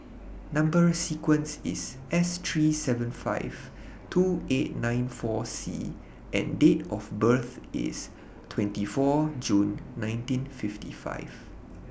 Number sequence IS S three seven five two eight nine four C and Date of birth IS twenty four June nineteen fifty five